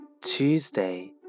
Tuesday